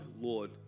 Lord